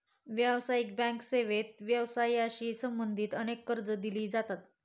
व्यावसायिक बँक सेवेत व्यवसायाशी संबंधित अनेक कर्जे दिली जातात